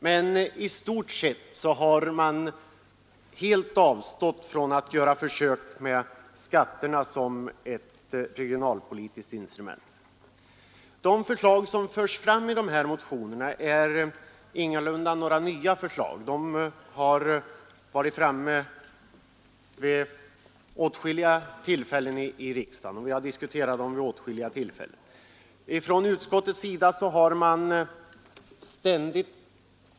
Men i stort sett har man helt avstått från att göra försök med skatterna som ett regionalpolitiskt instrument. De förslag som förs fram i motionerna är ingalunda nya, vi har diskuterat dem vid åtskilliga tillfällen här i riksdagen.